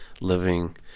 living